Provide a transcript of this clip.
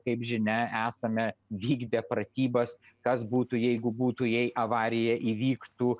kaip žinia esame vykdę pratybas kas būtų jeigu būtų jei avarija įvyktų